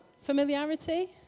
Familiarity